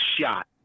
shot